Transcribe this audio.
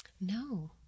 No